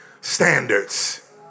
standards